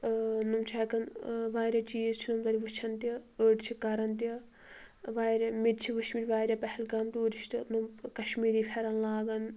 نۄم چھِ ہیٚکان ٲ واریاہ چیٖز چھِ نۄم تتہِ وُچھان تہِ أڈۍ چھِ کران تہِ واریاہ مےٚ تہِ چھِ وُچھ متۍ واریاہ پہلگام ٹیٚورِشٹ نۄم کشمیٖری پھیٚرَن لاگان